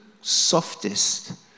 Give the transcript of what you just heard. softest